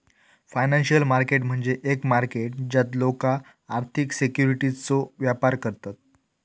financial market म्हणजे एक market ज्यात लोका आर्थिक सिक्युरिटीजचो व्यापार करतत